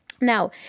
now